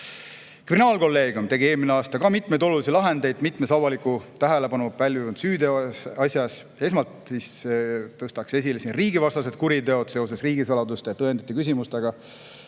Kriminaalkolleegium tegi eelmine aasta ka mitmeid olulisi lahendeid mitmes avalikku tähelepanu pälvinud süüteoasjas. Esmalt tõstaks esile riigivastased kuriteod seoses riigisaladuste tõendite küsimustega,